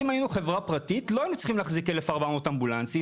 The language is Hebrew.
אם היינו חברה פרטית לא היינו צריכים להחזיק 1,400 אמבולנסים.